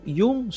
yung